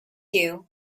you